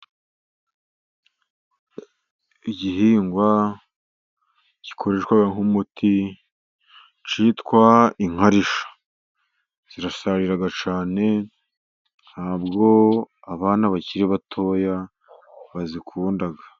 Igihingwa gikoreshwa nk'umuti cyitwa inkarishya. Zirasharira cyane nta bwo abana bakiri batoya bazikunda.